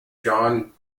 john